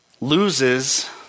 loses